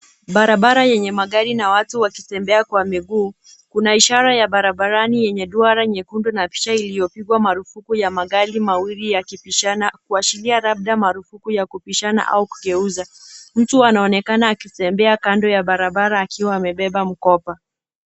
Barabara yenye magari na watu wakitembea kwa miguu. Kuna ishara ya barabarani yenye duara nyekundu na picha iliyopigwa marufuku ya magari mawili yakipitishana kuashiria labda marufuku yakupishana au kugeuza. Mtu anaonekana akitembea kando ya barabara akiwa amebeba mkoba